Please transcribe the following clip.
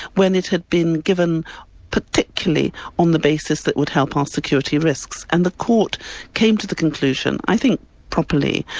when it had been given particularly on the basis that would help our security risks, and the court came to the conclusion, i think properly,